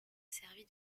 servi